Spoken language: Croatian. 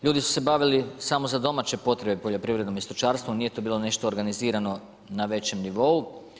Ljudi su se bavili samo za domaće potrebe poljoprivredom i stočarstvom, nije to bilo nešto organizirano na većem nivou.